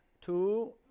Two